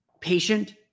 patient